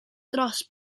dros